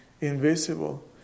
invisible